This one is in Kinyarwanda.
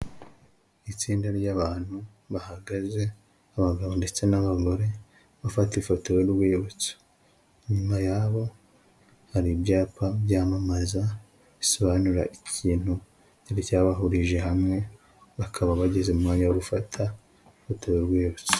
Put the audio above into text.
Itsinda ry'abantu bahagaze abagabo ndetse n'abagore bafata ifoto y'urwibutso inyuma yabo hari ibyapa byamamaza bisobanura ikintu cyari cyabahurije hamwe bakaba bageze mu mwanya wo gufata ifoto y'urwibutso.